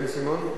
בן-סימון?